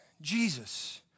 Jesus